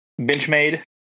Benchmade